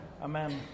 Amen